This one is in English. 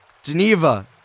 Geneva